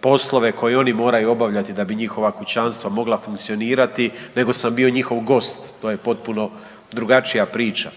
poslove koje oni moraju obavljati da bi njihova kućanstva mogla funkcionirati nego sam bio njihov gost, to je potpuno drugačija priča.